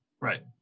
Right